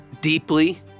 deeply